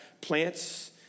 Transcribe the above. plants